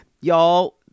Y'all